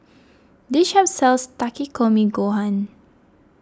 this shop sells Takikomi Gohan